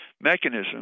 mechanism